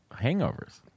hangovers